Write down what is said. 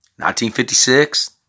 1956